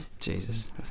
Jesus